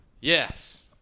Yes